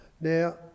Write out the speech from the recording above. Now